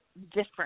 different